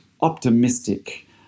optimistic